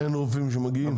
ואין רופאים שמגיעים?